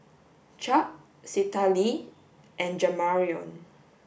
Chuck Citlalli and Jamarion